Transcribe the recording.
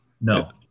No